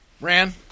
Ran